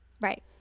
Right